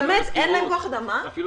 אפילו